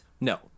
No